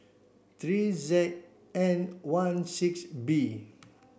three Z N one six B